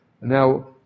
Now